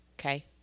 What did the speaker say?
Okay